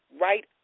right